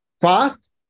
Fast